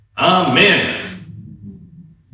Amen